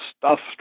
stuffed